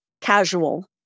casual